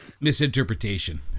misinterpretation